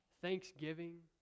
thanksgiving